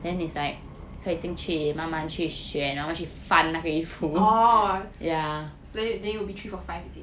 oh then it will be three for five is it